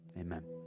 Amen